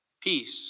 peace